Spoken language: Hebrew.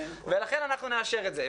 ולכן אנחנו נאשר את זה.